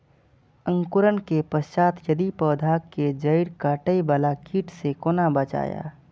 अंकुरण के पश्चात यदि पोधा के जैड़ काटे बाला कीट से कोना बचाया?